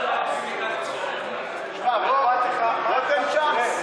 בוא, תן צ'אנס.